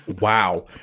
wow